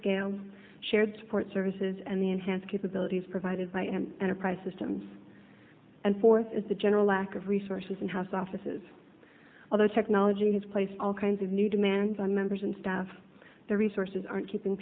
scale shared support services and the enhanced capabilities provided by an enterprise systems and forth is the general lack of resources in house offices although technology has placed all kinds of new demands on members and staff the resources aren't keeping